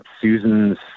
Susan's